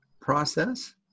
process